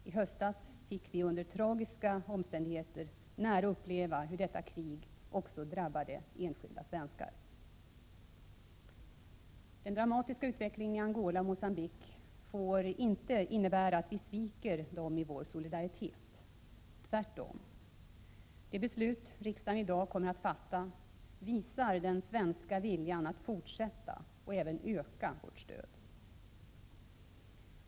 I höstas fick vi under tragiska omständigheter nära uppleva hur detta krig också drabbade enskilda svenskar. Den dramatiska utvecklingen i Angola och Mogambique får inte innebära att vi sviker dem i vår solidaritet. Tvärtom. Det beslut riksdagen i dag kommer att fatta visar den svenska viljan att fortsätta och även öka vårt stöd.